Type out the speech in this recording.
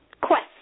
quest